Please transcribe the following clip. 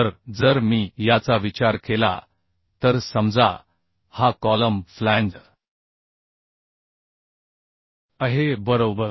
तर जर मी याचा विचार केला तर समजा हा कॉलम फ्लॅंज आहे बरोबर